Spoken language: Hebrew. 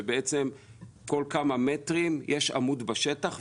שכל כמה מטרים יש עמוד בשטח,